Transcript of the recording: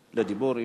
לדיבור.